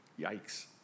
yikes